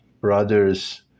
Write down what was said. brothers